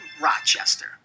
Rochester